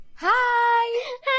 hi